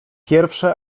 pierwsze